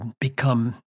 become